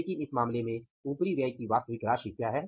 लेकिन इस मामले में उपरिव्यय की वास्तविक राशि क्या है